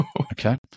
Okay